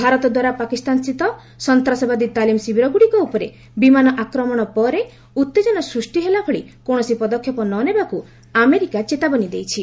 ଭାରତଦ୍ୱାରା ପାକିସ୍ତାନ ସ୍ଥିତ ସନ୍ତାସବାଦୀ ତାଲିମ୍ ଶିବିରଗୁଡ଼ିକ ଉପରେ ବିମାନ ଆକ୍ରମଣ ପରେ ଉତ୍ତେଜନ ସୃଷ୍ଟି ହେଲାଭଳି କୌଣସି ପଦକ୍ଷେପ ନ ନେବାକୁ ଆମେରିକା ଚେତାବନୀ ଦେଇଛି